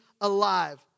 alive